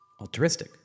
altruistic